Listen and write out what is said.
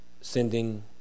sending